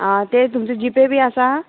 आं तें तुमचे जी पे बी आसा